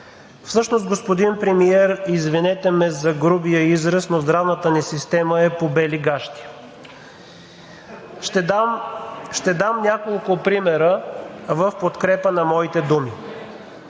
Всъщност, господин Премиер, извинете ме, за грубия израз, но здравната ни система е по бели гащи. Ще дам няколко примера в подкрепа на моите думи.